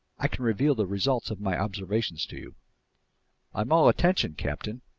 i can reveal the results of my observations to i'm all attention, captain.